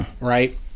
right